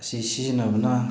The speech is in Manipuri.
ꯑꯁꯤ ꯁꯤꯖꯤꯟꯅꯕꯅ